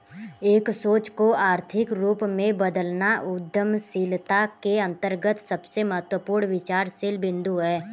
एक सोच को आर्थिक रूप में बदलना उद्यमशीलता के अंतर्गत सबसे महत्वपूर्ण विचारशील बिन्दु हैं